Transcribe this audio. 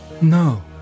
No